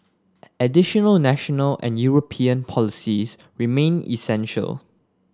additional national and European policies remain essential